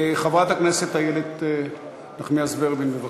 חברת הכנסת איילת נחמיאס ורבין, בבקשה.